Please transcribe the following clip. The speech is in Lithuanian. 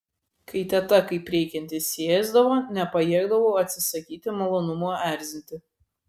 kai teta kaip reikiant įsiėsdavo nepajėgdavau atsisakyti malonumo erzinti